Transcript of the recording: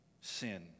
sin